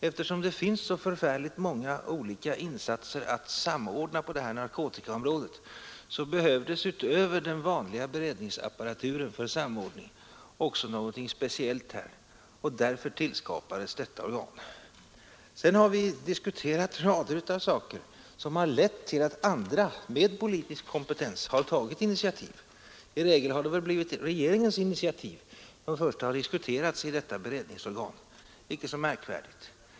Eftersom det finns så förfärligt många insatser att samordna på narkotikaområdet behövdes det utöver den vanliga beredningsapparaturen för samordning någonting speciellt här, och därför skapades detta organ. Vi har diskuterat rader av saker som har lett till att andra, med politisk kompetens, tagit initiativ. I regel har det blivit regeringens initiativ som först har diskuterats i detta beredningsorgan. Det är inte så märkvärdigt.